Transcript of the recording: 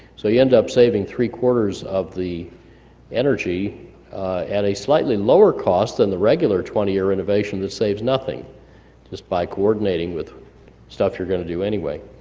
so you end up saving three four of the energy at a slightly lower cost than the regular twenty year renovation that saves nothing just by coordinating with stuff you're gonna do anyway.